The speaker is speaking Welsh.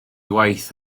waith